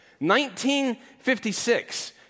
1956